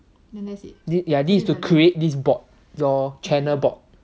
ya this is to create this bot your channel bot